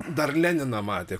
dar leniną matė